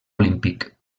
olímpic